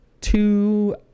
two